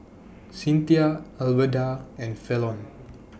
Cinthia Alverda and Falon